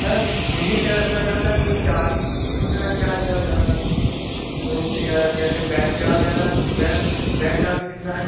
sir यह मैं यह कह रहा था सर यहाँ का जो चार्ज़ेस वग़ैरह क्या है सर यहाँ का रूम या जैसे बेड चार्ज़ अलग बेड बेड चार्ज़ कितना है